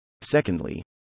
Secondly